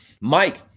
Mike